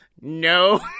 No